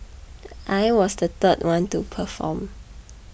I was the third one to perform